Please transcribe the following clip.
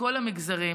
מכל המגזרים.